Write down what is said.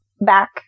back